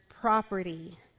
property